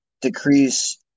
decrease